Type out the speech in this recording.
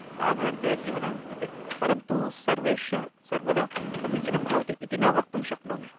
साधारणतया जीवनं कृते परन्तु सर्वेषां सर्वदा समीचीनं भवति इति न वक्तुं शक्नोमि